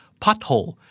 pothole